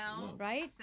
right